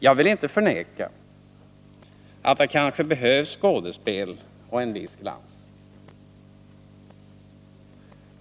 Jag vill inte förneka att det kanske behövs skådespel och en viss glans.